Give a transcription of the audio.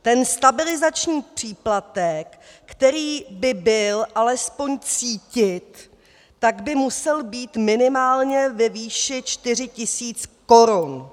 Ten stabilizační příplatek, který by byl alespoň cítit, tak by musel být minimálně ve výši 4 tisíc korun.